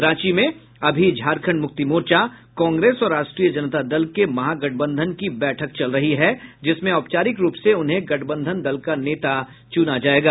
रांची में अभी झामुमो कांग्रेस और राष्ट्रीय जनता दल के महागठबंधन की बैठक चल रही है जिसमें औपचारिक रूप से उन्हें गठबंधन दल का नेता चूना जायेगा